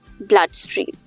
bloodstream